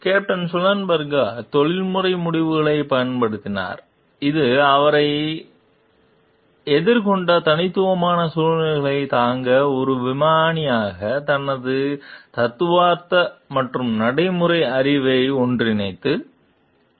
captain Sullenberger தொழில்முறை முடிவுகளைப் பயன்படுத்தினார் இது அவரை எதிர்கொண்ட தனித்துவமான சூழ்நிலைகளைத் தாங்க ஒரு விமானியாக தனது தத்துவார்த்த மற்றும் நடைமுறை அறிவை ஒன்றிணைத்தது